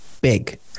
big